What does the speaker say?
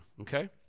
okay